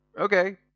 okay